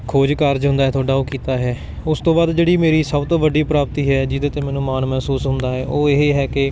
ਖੋਜ ਕਾਰਜ ਹੁੰਦਾ ਹੈ ਤੁਹਾਡਾ ਉਹ ਕੀਤਾ ਹੈ ਉਸ ਤੋਂ ਬਾਅਦ ਜਿਹੜੀ ਮੇਰੀ ਸਭ ਤੋਂ ਵੱਡੀ ਪ੍ਰਾਪਤੀ ਹੈ ਜਿਹਦੇ 'ਤੇ ਮੈਨੂੰ ਮਾਣ ਮਹਿਸੂਸ ਹੁੰਦਾ ਹੈ ਉਹ ਇਹ ਹੀ ਹੈ ਕਿ